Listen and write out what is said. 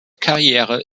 karriere